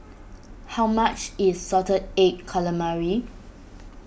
how much is Salted Egg Calamari